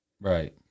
Right